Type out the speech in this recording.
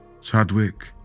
Chadwick